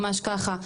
ממש ככה,